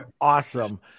awesome